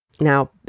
Now